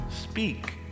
Speak